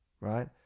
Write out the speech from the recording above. right